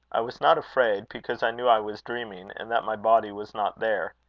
i was not afraid, because i knew i was dreaming, and that my body was not there.